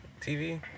TV